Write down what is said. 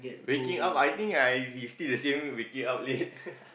waking up I think I still the same waking up late